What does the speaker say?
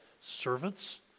servants